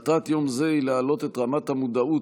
מטרת יום זה היא להעלות את רמת המודעות